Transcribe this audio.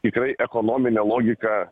tikrai ekonomine logika